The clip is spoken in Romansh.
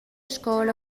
scola